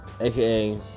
aka